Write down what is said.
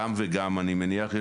אני מניח שגם וגם.